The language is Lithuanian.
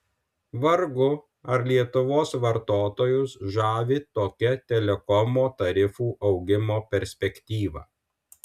vargu ar lietuvos vartotojus žavi tokia telekomo tarifų augimo perspektyva